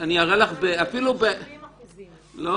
דיברנו על 70%. ואז אנחנו דיברנו --- 70%.